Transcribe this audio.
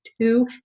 two